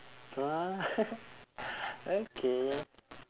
what okay